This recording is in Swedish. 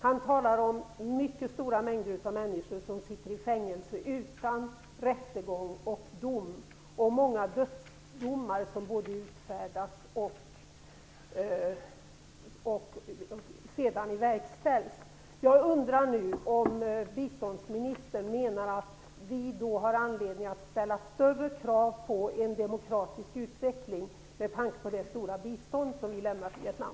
Han talar om mycket stora mängder av människor som sitter i fängelse utan rättegång och dom, och om många dödsdomar som både utfärdas och sedan verkställs. Jag undrar nu om biståndsministern menar att vi har anledning att ställa större krav på en demokratisk utveckling, med tanke på det stora bistånd som vi lämnar till Vietnam.